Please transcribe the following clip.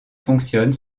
fonctionne